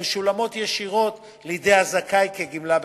משולמות ישירות לידי הזכאי כגמלה בכסף,